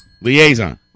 Liaison